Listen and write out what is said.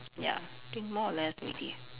ya think more or less